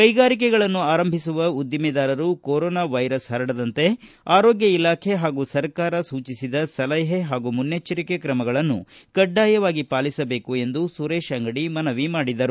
ಕೈಗಾರಿಕೆಗಳನ್ನು ಆರಂಭಿಸುವ ಉದ್ದಿಮೆದಾರರು ಕೊರೊನಾ ವೈರಸ್ ಹರಡದಂತೆ ಆರೋಗ್ಯ ಇಲಾಖೆ ಹಾಗೂ ಸರ್ಕಾರ ಸೂಚಿಸದ ಸಲಹೆ ಹಾಗೂ ಮುನ್ನೆಚ್ಚರಿಕೆ ್ರಮಗಳನ್ನು ಕಡ್ಡಾಯವಾಗಿ ಪಾಲಿಸಬೇಕು ಎಂದು ಅವರು ಹೇಳಿದರು